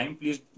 please